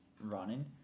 running